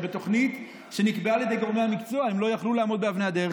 ובתוכנית שנקבעה על ידי גורמי המקצוע הם לא יכלו לעמוד באבני הדרך,